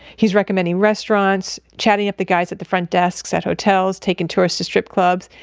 he's recommending restaurants, chatting up the guys at the front desks at hotels, taking tourists to strip clubs,